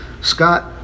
Scott